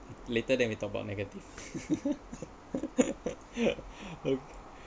later then we talk about negative